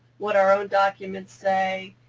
what our own documents say.